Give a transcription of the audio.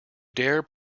dare